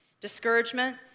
Discouragement